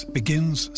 begins